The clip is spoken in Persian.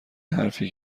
حرفی